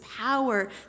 power